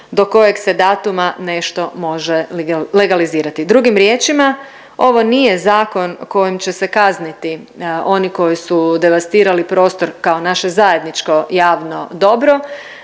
do kojeg se datuma nešto može legalizirati, drugim riječima ovo nije zakon kojim će se kazniti oni koji su devastirali prostor kao naše zajedničko javno dobro